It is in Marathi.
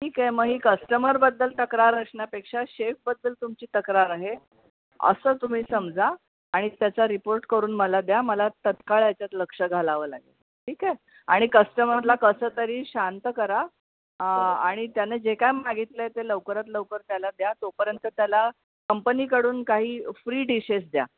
ठीक आहे मग ही कस्टमरबद्दल तक्रार असण्यापेक्षा शेफबद्दल तुमची तक्रार आहे असं तुम्ही समजा आणि त्याचा रिपोर्ट करून मला द्या मला तत्काळ याच्यात लक्ष घालावं लागेल ठीक आहे आणि कस्टमरला कसंतरी शांत करा आणि त्याने जे काय मागितले ते लवकरात लवकर त्याला द्या तोपर्यंत त्याला कंपनीकडून काही फ्री डिशेस द्या